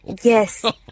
Yes